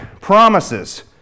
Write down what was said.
promises